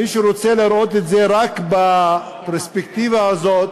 מי שרוצה לראות את זה רק בפרספקטיבה הזאת,